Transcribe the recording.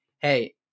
hey